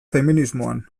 feminismoan